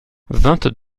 vingt